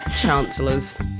chancellors